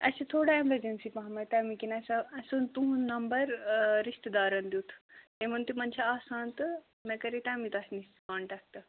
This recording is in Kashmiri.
اَسہِ چھِ تھوڑا ایٚمَرجَنسی پَہمَتھ تَمہِ کِنۍ اَسہِ آو اَسہِ اوٚن تُہُنٛد نمبر رِشتہٕ دارَن دیُت تِمن تِمن چھِ آسان تہٕ مےٚ کَرے تَمی تۄہہِ نِش کنٹیکٹہٕ